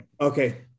Okay